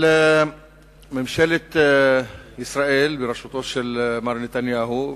אבל ממשלת ישראל בראשותו של מר נתניהו,